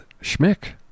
schmick